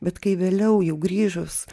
bet kai vėliau jau grįžus